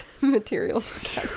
materials